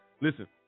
listen